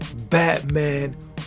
Batman